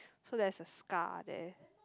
so there's a scar there